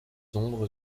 ombres